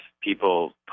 people